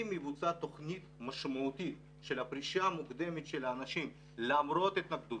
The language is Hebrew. אם תבוצע תוכנית משמעותית של פרישה מוקדמת של אנשים למרות התנגדותם,